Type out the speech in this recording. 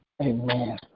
Amen